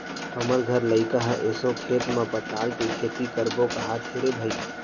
हमर घर लइका ह एसो खेत म पताल के खेती करबो कहत हे रे भई